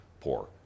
poor